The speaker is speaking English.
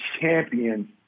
champion